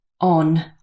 on